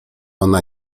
ona